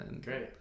great